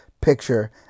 picture